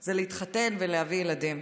היא להתחתן ולהביא ילדים.